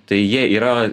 tai jie yra